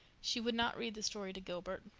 she would not read the story to gilbert,